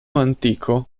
antico